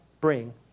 bring